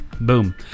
Boom